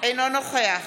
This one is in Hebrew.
אינו נוכח